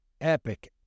epic